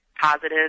positive